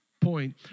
point